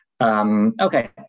Okay